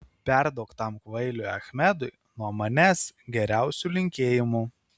perduok tam kvailiui achmedui nuo manęs geriausių linkėjimų